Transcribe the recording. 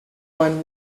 one